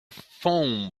foam